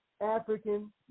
African